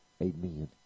amen